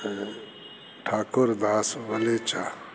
ऐं ठाकूरदास वलेचा